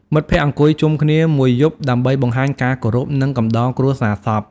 មិត្តភ័ក្តិអង្គុយជុំគ្នាមួយយប់ដើម្បីបង្ហាញការគោរព និងកំដរគ្រួសារសព។